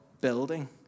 building